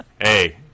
Hey